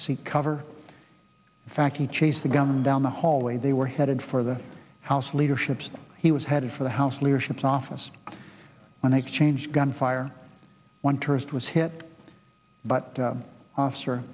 seek cover in fact he chased the gunman down the hallway they were headed for the house leadership says he was headed for the house leadership office when exchange gunfire one tourist was hit but officer